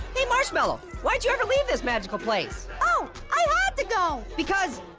hey marshmallow, why'd you ever leave this magical place? oh, i had to go. because.